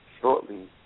shortly